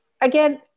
Again